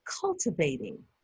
cultivating